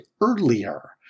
earlier